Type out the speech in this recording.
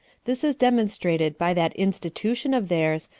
this is demonstrated by that institution of theirs,